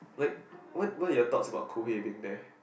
like what what are your thoughts about there